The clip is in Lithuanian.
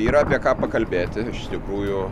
yra apie ką pakalbėti iš tikrųjų